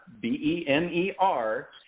B-E-M-E-R